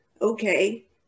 okay